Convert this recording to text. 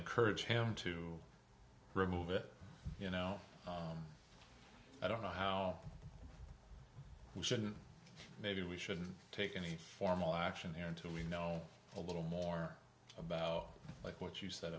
encourage him to remove it you know i don't know how we shouldn't maybe we shouldn't take any formal action here until we know a little more about like what you said